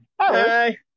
Hi